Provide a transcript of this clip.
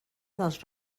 dels